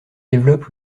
développe